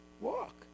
walk